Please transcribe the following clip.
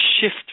shift